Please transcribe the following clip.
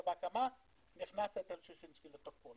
ובהקמה נכנס היטל ששינסקי לתוקפו.